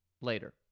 Later